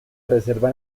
reserva